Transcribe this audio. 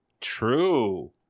True